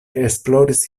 esploris